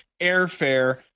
airfare